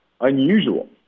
unusual